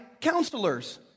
counselors